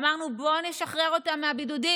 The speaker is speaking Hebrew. אמרנו: בוא נשחרר אותם מהבידודים.